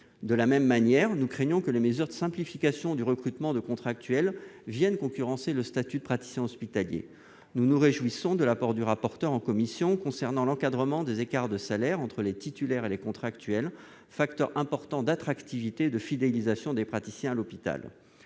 De la même manière, nous craignons que les mesures de simplification du recrutement des contractuels ne concurrencent le statut de praticien hospitalier. Nous nous réjouissons de l'apport adopté en commission, sur l'initiative du rapporteur, concernant l'encadrement des écarts de salaires entre les titulaires et les contractuels, facteur important d'attractivité et de fidélisation des praticiens à l'hôpital.